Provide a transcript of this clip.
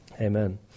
Amen